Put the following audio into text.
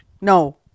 No